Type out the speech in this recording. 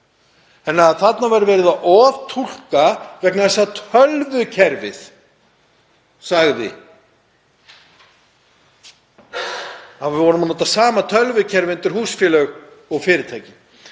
ræða. Þarna var verið að oftúlka vegna þess sem tölvukerfið sagði, við vorum að nota sama tölvukerfi undir húsfélög og fyrirtæki.